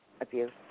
abuse